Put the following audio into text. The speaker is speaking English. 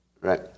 Right